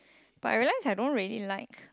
but I realise I don't really like